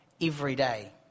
everyday